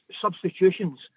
substitutions